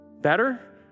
Better